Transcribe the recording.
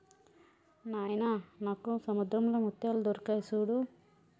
నాయిన నాకు సముద్రంలో ముత్యాలు దొరికాయి సూడు